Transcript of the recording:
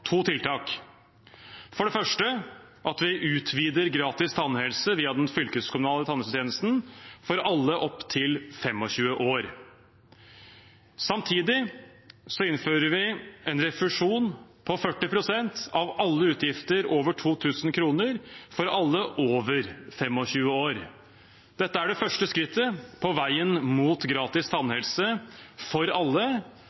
to tiltak. For det første utvider vi gratis tannhelse via den fylkeskommunale tannhelsetjenesten for alle opptil 25 år. Samtidig innfører vi en refusjon på 40 pst. av alle utgifter over 2 000 kr for alle over 25 år. Dette er det første skrittet på veien mot gratis